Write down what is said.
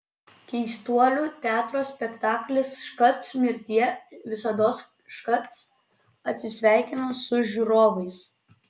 keistuolių teatro spektaklis škac mirtie visados škac atsisveikina su žiūrovais